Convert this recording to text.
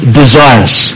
desires